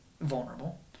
vulnerable